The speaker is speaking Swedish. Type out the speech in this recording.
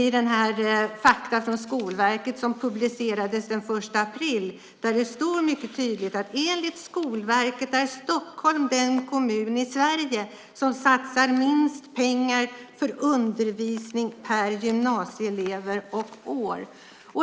I Fakta från Skolverket som publicerades den 1 april står det mycket tydligt att enligt Skolverket är Stockholm den kommun i Sverige som satsar minst pengar på undervisning per gymnasieelev och år.